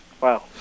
Wow